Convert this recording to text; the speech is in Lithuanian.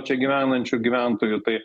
čia gyvenančių gyventojų tai